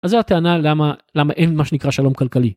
זה הטענה למה למה אין מה שנקרא שלום כלכלי.